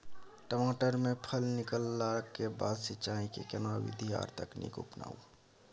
टमाटर में फल निकलला के बाद सिंचाई के केना विधी आर तकनीक अपनाऊ?